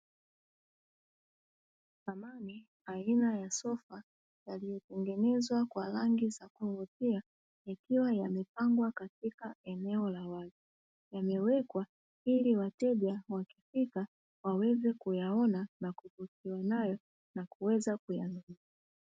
Samani aina ya sofa yaliyotengenezwa kwa rangi za kuvutia, yakiwa yamepangwa katika eneo la wazi. Yamewekwa ili wateja wakifika waweze kuyaona na kuridhiwa nayo na kuweza kuyanunua.